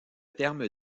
terme